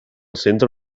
centre